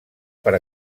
per